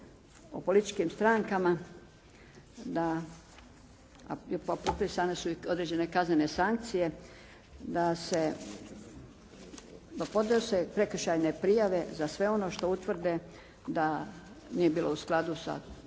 o političkim strankama da, a propisane su i određene kaznene sankcije da se podnose prekršajne prijave za sve ono što utvrde da nije bilo u skladu sa